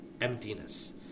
emptiness